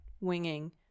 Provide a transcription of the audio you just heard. winging